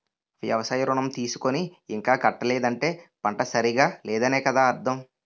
వ్యవసాయ ఋణం తీసుకుని ఇంకా కట్టలేదంటే పంట సరిగా లేదనే కదా అర్థం